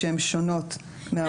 שהן שונות מההוראות האלה.